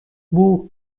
بوق